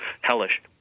hellish